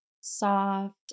soft